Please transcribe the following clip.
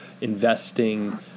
investing